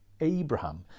Abraham